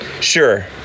Sure